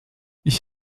ich